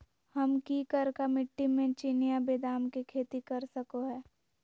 हम की करका मिट्टी में चिनिया बेदाम के खेती कर सको है?